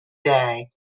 day